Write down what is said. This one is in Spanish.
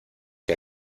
que